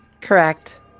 Correct